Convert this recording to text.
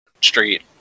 street